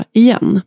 igen